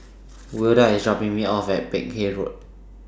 Wilda IS dropping Me off At Peck Hay Road